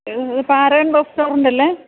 ഇത് ഇത് Paragon restaurant അല്ലേ